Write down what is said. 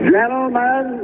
Gentlemen